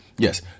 Yes